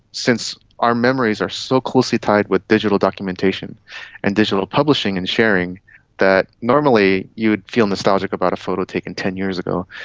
since our memories are so closely tied with digital documentation and digital publishing and sharing that normally you would feel nostalgic about a photo taken ten years ago,